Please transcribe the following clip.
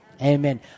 Amen